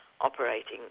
operating